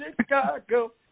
Chicago